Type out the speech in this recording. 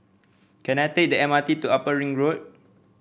can I take the M R T to Upper Ring Road